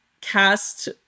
cast